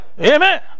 Amen